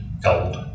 gold